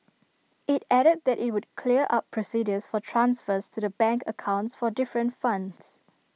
IT added that IT would clear up procedures for transfers to the bank accounts for different funds